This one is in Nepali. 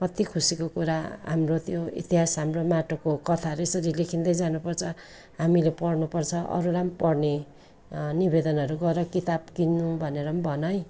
कति खुसीको कुरा हाम्रो त्यो इतिहास हाम्रो माटोको कथाहरू यसेरी लेखिँदै जानुपर्छ हामीले पढनुपर्छ अरूलाई पनि पढने निवेदनहरू गर किताब किन्नु भनेर पनि भन है